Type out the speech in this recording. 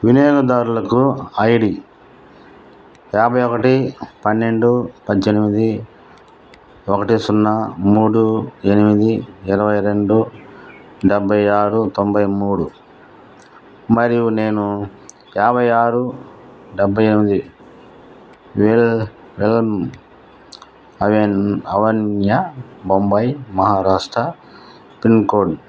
వినియోగదారుల ఐడీ యాభై ఒకటి పన్నెండు పద్దెనిమిది ఒకటి సున్నా మూడు ఎనిమిది ఇరవై రెండు డెబ్బై ఆరు తొంభై మూడు మరియు నేను యాభై ఆరు డెబ్బై ఎనిమిది ఏల్ Elm avenue Bombay Maharashtra pin code